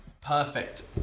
perfect